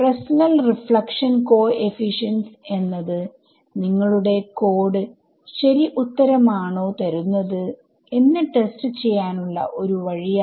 Fresnel reflection coefficients എന്നത് നിങ്ങളുടെ code ശരി ഉത്തരം ആണോ തരുന്നത് എന്ന് ടെസ്റ്റ് ചെയ്യാനുള്ള ഒരു വഴിയാണ്